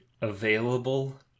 available